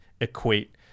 equate